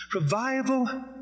Revival